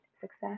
success